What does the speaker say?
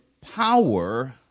power